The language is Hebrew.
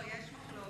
יש מחלוקת.